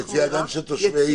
היציאה גם של תושבי עיר.